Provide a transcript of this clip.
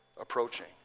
approaching